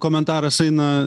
komentaras aina